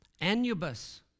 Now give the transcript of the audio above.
Anubis